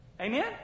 Amen